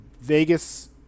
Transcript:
Vegas